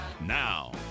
Now